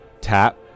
tap